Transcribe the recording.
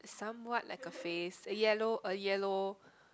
somewhat like a face a yellow a yellow